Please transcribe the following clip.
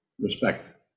Respect